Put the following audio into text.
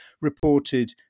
reported